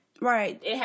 right